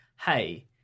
Hey